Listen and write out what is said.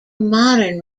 modern